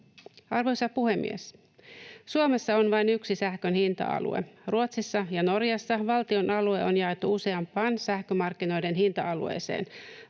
Arvoisa puhemies! Suomessa on vain yksi sähkön hinta-alue. Ruotsissa ja Norjassa valtion alue on jaettu useampaan sähkömarkkinoiden hinta-alueeseen: